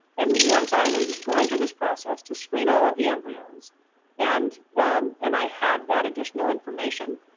and once i was going through this process to screen all of the embryos and um and i had that additional information,